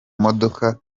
modoka